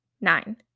nine